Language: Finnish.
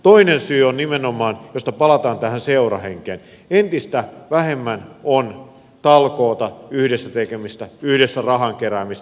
toinen syy on nimenomaan palataan tähän seurahenkeen että entistä vähemmän on talkoota yhdessä tekemistä yhdessä rahan keräämistä